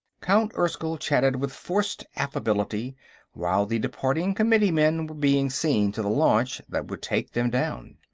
count erskyll chatted with forced affability while the departing committeemen were being seen to the launch that would take them down.